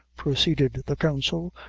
proceeded the counsel,